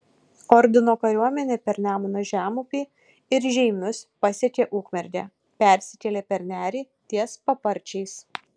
ordino kariuomenė per nemuno žemupį ir žeimius pasiekė ukmergę persikėlė per nerį ties paparčiais